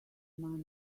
money